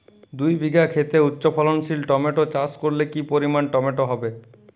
দুই বিঘা খেতে উচ্চফলনশীল টমেটো চাষ করলে কি পরিমাণ টমেটো হবে?